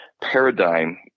paradigm